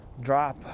drop